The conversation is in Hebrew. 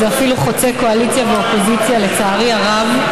זה אפילו חוצה קואליציה ואופוזיציה, לצערי הרב.